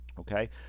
okay